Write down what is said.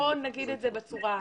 בוא נגיד את זה בצורה הזאת.